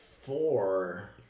four